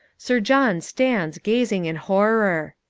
sir john stands gazing in horror.